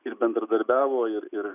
ir bendradarbiavo ir ir